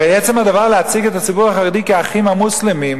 הרי עצם הדבר להציג את הציבור החרדי כ"אחים המוסלמים",